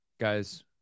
Guys